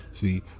See